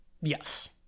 Yes